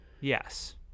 Yes